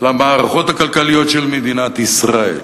למערכות הכלכליות של מדינת ישראל,